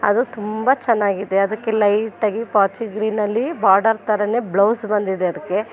ಅದು ತುಂಬ ಚೆನ್ನಾಗಿದೆ ಅದಕ್ಕೆ ಲೈಟಾಗಿ ಪಾಚಿ ಗ್ರೀನಲ್ಲಿ ಬಾರ್ಡರ್ ಥತರನೇ ಬ್ಲೌಸ್ ಬಂದಿದೆ ಅದಕ್ಕೆ